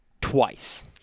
twice